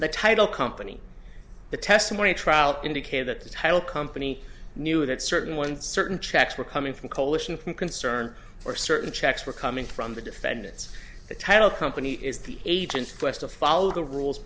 the title company the testimony at trial indicated that the title company knew that certain ones certain checks were coming coalition from concern for certain checks were coming from the defendants the title company is the agency quest to follow the rules